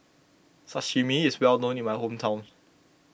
Sashimi is well known in my hometown